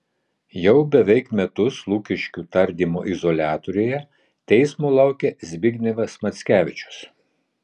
jau beveik metus lukiškių tardymo izoliatoriuje teismo laukia zbignevas mackevičius